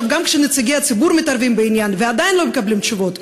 כשגם נציגי הציבור מתערבים בעניין ועדיין לא מקבלים תשובות,